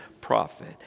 prophet